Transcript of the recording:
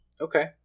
Okay